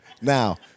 now